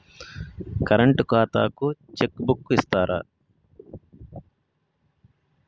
Current ఖాతాకు cheque book ఇత్తరా?